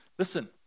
Listen